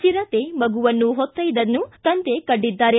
ಚಿರತೆ ಮಗುವನ್ನು ಹೊತ್ತೊಯ್ಲದ್ದನ್ನು ತಂದೆ ಕಂಡಿದ್ದಾರೆ